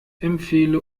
empfehle